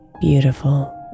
beautiful